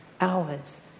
hours